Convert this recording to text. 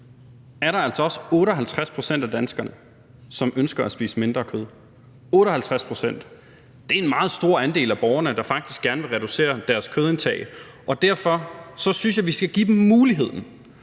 er der altså også 58 pct. af danskerne, som ønsker at spise mindre kød – 58 pct. Det er en meget stor andel af borgerne, der faktisk gerne vil reducere deres kødindtag, og derfor synes jeg, vi skal give dem muligheden.